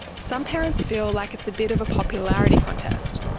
some parents feel like it's a bit of a popularity contest.